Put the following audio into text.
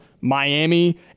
Miami